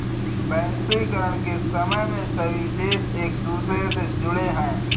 वैश्वीकरण के समय में सभी देश एक दूसरे से जुड़े है